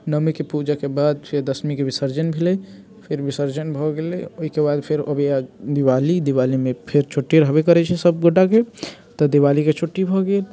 नवमीके पूजाके बाद फेर दशमीके विसर्जन भेलै फेर विसर्जन भऽ गेलै ओहिके बाद फेर अबैए दिवाली दिवालीमे फेर छुट्टी रहबे करैत छै सभगोटाएके तऽ दिवालीके छुट्टी भऽ गेल